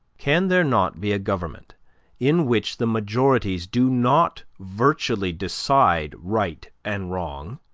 can there not be a government in which the majorities do not virtually decide right and wrong,